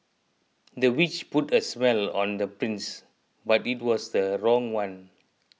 the witch put a spell on the prince but it was the wrong one